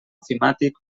ofimàtic